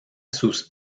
sus